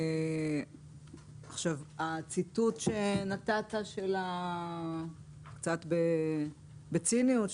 הציטוט שנתת קצת בציניות,